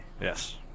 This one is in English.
Yes